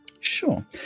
Sure